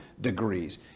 degrees